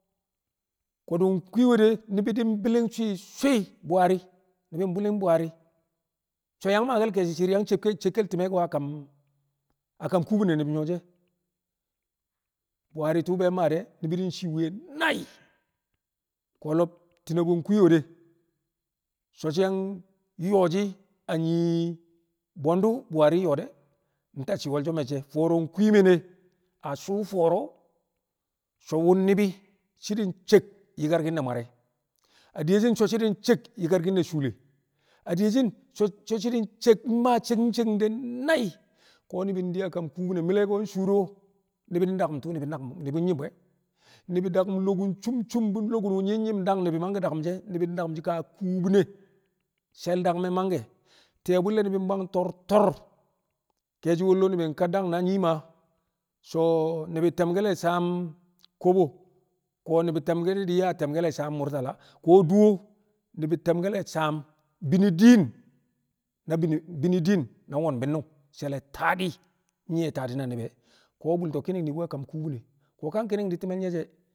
ko̱du̱ kwii we̱ de̱ ni̱bi̱ di̱ maa bi̱li̱ng swi̱swi̱ Buhari ni̱bi̱ bi̱li̱ng Buhari so̱ yang maake̱l ke̱e̱shi̱ shi̱i̱r yang cekkel cekkel ti̱me̱ ko̱ kam- kam kubine ni̱bi̱ nyu̱wo̱ shi̱ e̱ Buhari tu̱u̱ be mmaa de̱ ni̱bi̱ di̱ ci̱i̱ mwi̱ye̱ nai̱ ko̱ lo̱b Tinibu nkwii we̱ de̱ so̱ shi̱ yang yo̱o̱ shi̱ a nyi bwe̱ndu̱ Buhari nyo̱o̱ de̱, ntacci wolsho me̱cce̱ fo̱o̱ro̱ nkwii mi̱ nee shuu fọo̱ro̱ so̱ wo̱m ni̱bi̱ shi̱ di̱ cek yi̱karki̱n nware̱ adiyeshi̱n so̱ shi̱ di̱ cek yi̱karki̱n ne̱ shuule adiyeshi̱n so̱ shi̱ di̱ cek mmaa cekki̱n cekki̱n de̱ nai̱ ko̱ ni̱bi̱ di a kam kubine mi̱le̱ ko̱ nshuu de̱ ni̱bi̱ daku̱m tu̱u̱ ni̱bi̱ ni̱bi̱ nyi̱m bu̱ e̱ ni̱bi̱ daku̱m lo̱ku̱n cum cum bu lo̱ku̱n wu̱ nyi̱ nyi̱m dang ni̱bi̱ mangke̱ daku̱m shi̱ e̱ ni̱bi̱ daku̱m shi̱ ka kubine she̱l dagmẹ mangke̱ ti̱ye̱ bu̱lle̱ ni̱bi̱ bwang to̱r to̱r ke̱e̱shi̱ wollo ni̱bi̱ ka dang na nyii Maa so̱ ni̱bi̱ te̱mke̱l le̱ saam kobo ko̱ ni̱bi̱ te̱m yaa te̱mke̱l saam Murtala ko̱ duwo ni̱bi̱ te̱mke̱l le̱ saam bini din na bini bini din na won bi̱nnu̱ng she̱l le̱ taadi̱ nyi̱ye̱ taadi̱ na ni̱bi̱ e̱ ko̱ bu̱lto̱ ki̱ni̱ng ni̱bi̱ we̱ kam kubine ko̱ ka ki̱ni̱ng di̱ ti̱me̱l nye̱ she̱,